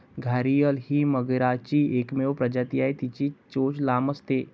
घारीअल ही मगरीची एकमेव प्रजाती आहे, तिची चोच लांब असते